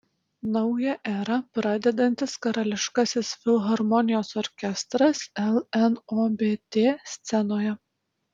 naują erą pradedantis karališkasis filharmonijos orkestras lnobt scenoje